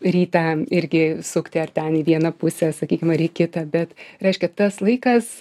rytą irgi sukti ar ten į vieną pusę sakykim ar į kitą bet reiškia tas laikas